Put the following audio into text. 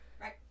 right